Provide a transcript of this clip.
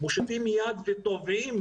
אנחנו מושיטים יד ותובעים,